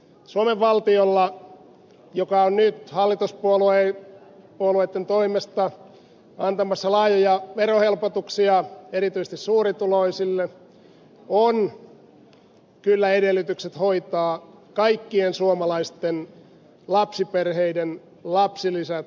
suomen valtiolla joka on nyt hallituspuolueitten toimesta antamassa laajoja verohelpotuksia erityisesti suurituloisille on kyllä edellytykset hoitaa kaikkien suomalaisten lapsiperheiden lapsilisät kohtuulliselle tasolle